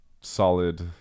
solid